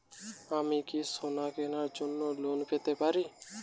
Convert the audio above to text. আমি কি সোনা কেনার জন্য লোন পেতে পারি?